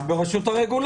גם ברשות הרגולציה.